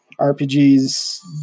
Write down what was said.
RPGs